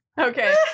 Okay